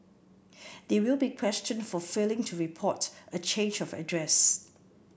they will be questioned for failing to report a change of address